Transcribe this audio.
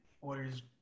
orders